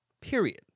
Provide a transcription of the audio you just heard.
Period